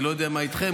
אני לא יודע מה איתכם,